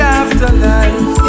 afterlife